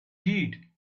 did